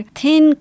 thin